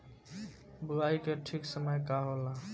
बुआई के ठीक समय का होला?